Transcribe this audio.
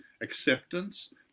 acceptance